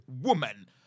woman